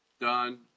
Done